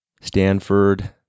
Stanford